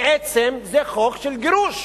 בעצם זה חוק של גירוש.